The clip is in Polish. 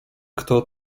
kto